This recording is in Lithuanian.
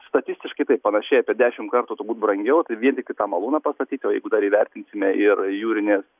statistiškai taip panašiai apie dešimt kartų būt brangiau tai vien tik tą malūną pastatyt o jeigu dar įvertinsime ir jūrinės